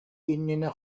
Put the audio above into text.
иннинэ